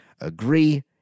agree